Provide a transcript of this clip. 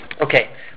Okay